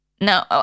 No